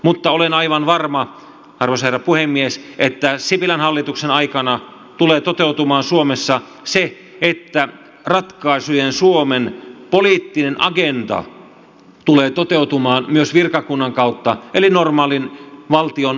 mutta olen aivan varma arvoisa herra puhemies että sipilän hallituksen aikana tulee toteutumaan suomessa se että ratkaisujen suomen poliittinen agenda tulee toteutumaan myös virkakunnan kautta eli normaalin valtion valmistelukoneiston kautta